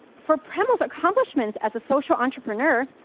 for premalis accomplishments as a social entrepreneur,